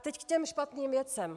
Teď ke špatným věcem.